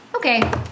okay